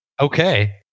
Okay